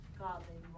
godly